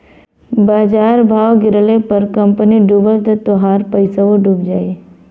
बाजार भाव गिरले पर कंपनी डूबल त तोहार पइसवो डूब जाई